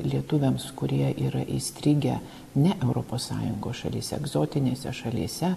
lietuviams kurie yra įstrigę ne europos sąjungos šalyse egzotinėse šalyse